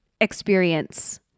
experience